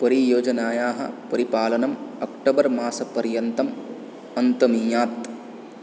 परियोजनायाः परिपालनम् अक्टोबर्मासपर्यन्तम् अन्तमियात्